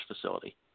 facility